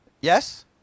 Yes